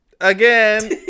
again